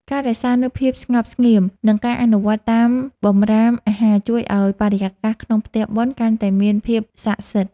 ការរក្សានូវភាពស្ងប់ស្ងៀម និងការអនុវត្តតាមបម្រាមអាហារជួយឱ្យបរិយាកាសក្នុងផ្ទះបុណ្យកាន់តែមានភាពសក្ដិសិទ្ធិ។